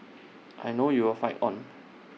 I know you'll fight on